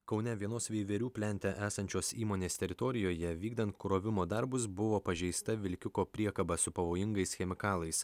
kaune vienos veiverių plente esančios įmonės teritorijoje vykdant krovimo darbus buvo pažeista vilkiko priekaba su pavojingais chemikalais